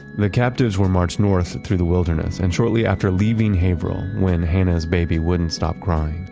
the captives were marched north through the wilderness and shortly after leaving haverhill, when hannah's baby wouldn't stop crying,